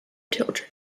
children